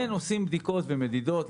כן עושים בדיקות ומדידות.